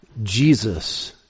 Jesus